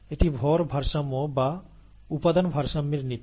এটি ভর ভারসাম্য বা উপাদান ভারসাম্যের নীতি